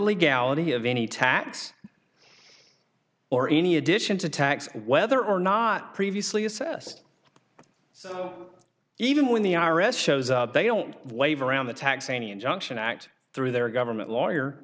legality of any tax or any addition to tax whether or not previously assessed so even when the i r s shows up they don't wave around the tax any injunction act through their government lawyer